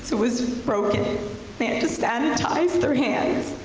so was broken. they had to sanitize their hands.